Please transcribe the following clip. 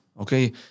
Okay